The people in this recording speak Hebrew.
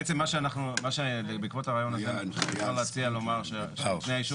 בעצם בעקבות הרעיון הזה אפשר להציע ולומר שנותני האישור